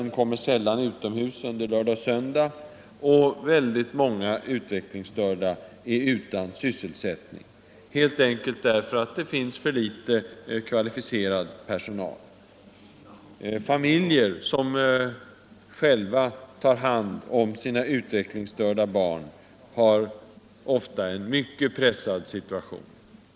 De kommer sällan utomhus lördagar och söndagar, och väldigt många är utan sysselsättning, helt enkelt därför att det finns för litet av kvalificerad personal. Familjer som själva tar hand om sina utvecklingsstörda barn har ofta en mycket pressad situation.